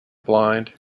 blind